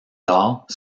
lors